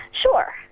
Sure